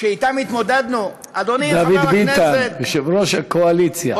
שאתן התמודדנו, דוד ביטן, יושב-ראש הקואליציה.